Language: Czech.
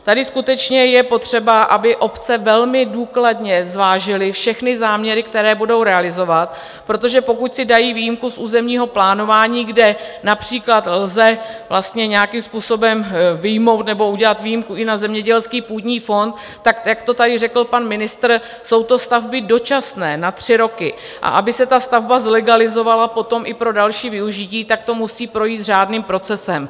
Tady skutečně je potřeba, aby obce velmi důkladně zvážily všechny záměry, které budou realizovat, protože pokud si dají výjimku z územního plánování, kde například lze vlastně nějakým způsobem vyjmout nebo udělat výjimku i na zemědělský půdní fond, tak jak to tady řekl pan ministr, jsou to stavby dočasné na tři roky, a aby se ta stavba zlegalizovala potom i pro další využití, tak to musí projít řádným procesem.